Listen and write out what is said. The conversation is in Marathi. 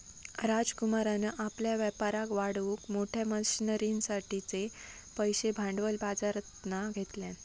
राजकुमारान आपल्या व्यापाराक वाढवूक मोठ्या मशनरींसाठिचे पैशे भांडवल बाजरातना घेतल्यान